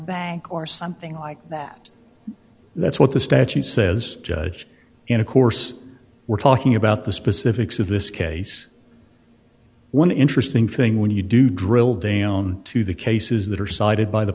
bank or something like that that's what the statute says judge in of course we're talking about the specifics of this case one interesting thing when you do drill down to the cases that are cited by the